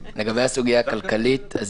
לגבי הסוגיה הכלכלית,